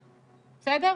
בסדר?